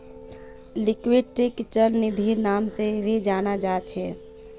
लिक्विडिटीक चल निधिर नाम से भी जाना जा छे